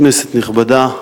כנסת נכבדה,